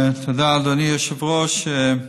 תודה, אדוני היושב-ראש.